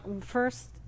first